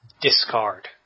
discard